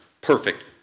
Perfect